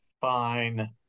fine